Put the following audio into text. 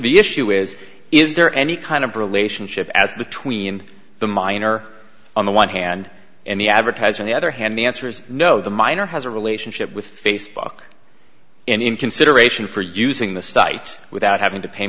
the issue is is there any kind of relationship as between the minor on the one hand and the advertiser the other hand the answer's no the miner has a relationship with facebook in consideration for using the site without having to pay